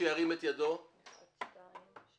(תכנית למגורים בתחום שכונת מגורים קיימת בגן לאומי),